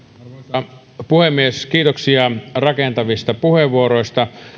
arvoisa puhemies kiitoksia rakentavista puheenvuoroista